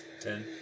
Ten